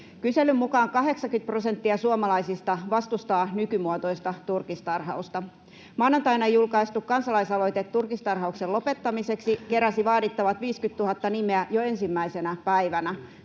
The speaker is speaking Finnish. Kyselyn mukaan 80 prosenttia suomalaisista vastustaa nykymuotoista turkistarhausta. Maanantaina julkaistu kansalaisaloite turkistarhauksen lopettamiseksi keräsi vaadittavat 50 000 nimeä jo ensimmäisenä päivänä.